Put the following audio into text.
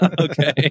Okay